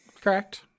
Correct